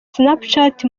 snapchat